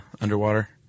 underwater